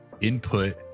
input